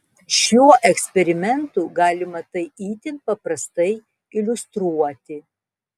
šiuo eksperimentu galima tai itin paprastai iliustruoti